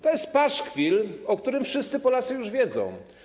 To jest paszkwil, o którym wszyscy Polacy już wiedzą.